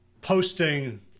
posting